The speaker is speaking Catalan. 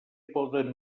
poden